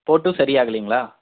போட்டும் சரி ஆகலைங்களா